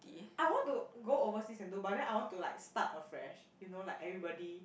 I want to go overseas and do but then I want to like start afresh you know like everybody